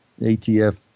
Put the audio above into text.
ATF